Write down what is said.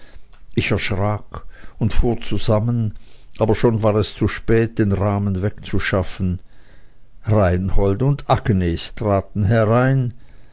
und fahr zusammen aber schon war es zu spät den rahmen wegzuschaffen reinhold und agnes treten herein